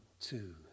two